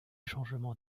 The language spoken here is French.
changements